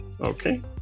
Okay